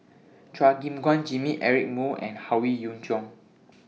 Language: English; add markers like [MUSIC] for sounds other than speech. [NOISE] Chua Gim Guan Jimmy Eric Moo and Howe Yoon Chong